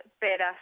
better